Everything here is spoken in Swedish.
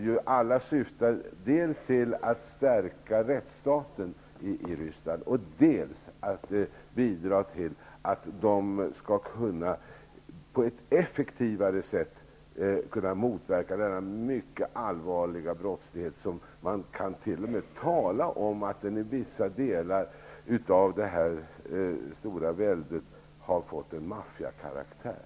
De syftar alla till att dels stärka rättsstaten i Ryssland, dels bidra till att på ett effektivare sätt motverka den mycket allvarliga brottsligheten. I vissa delar av det stora samväldet kan man säga att brottsligheten har fått maffiakaraktär.